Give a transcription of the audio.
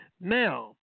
Now